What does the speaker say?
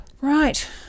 Right